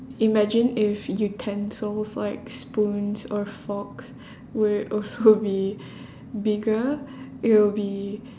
imagine if utensils or like spoons or forks would also be bigger it will be